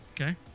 Okay